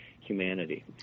humanity